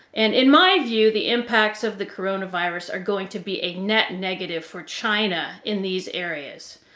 and in my view, the impacts of the coronavirus are going to be a net negative for china in these areas.